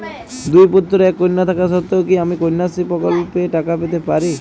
দুই পুত্র এক কন্যা থাকা সত্ত্বেও কি আমি কন্যাশ্রী প্রকল্পে টাকা পেতে পারি?